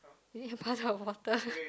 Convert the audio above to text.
is it a puddle of water